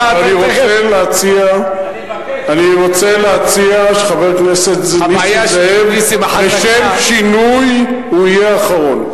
אני רוצה להציע שחבר הכנסת נסים זאב לשם שינוי יהיה אחרון.